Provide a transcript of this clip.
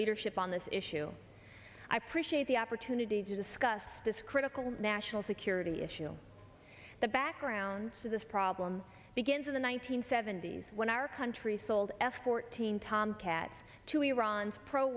leadership on this issue i appreciate the opportunity to discuss this critical national security issue the background to this problem begins in the one nine hundred seventy s when our country sold f fourteen tomcats to iran's pro